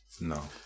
No